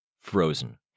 frozen